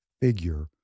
figure